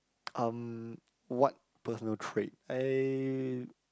um what personal trait I